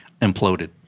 imploded